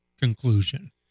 conclusion